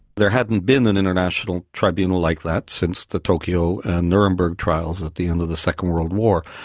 there hadn't been an international tribunal like that, since the tokyo and nuremberg trials at the end of the second world war,